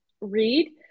read